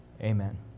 Amen